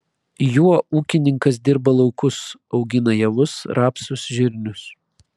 juo ūkininkas dirba laukus augina javus rapsus žirnius